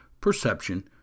perception